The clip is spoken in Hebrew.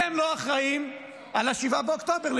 אתם לא אחראים על 7 באוקטובר,